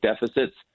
deficits